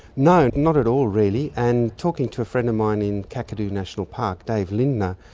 no, not at all really. and talking to a friend of mine in kakadu national park, dave lilner,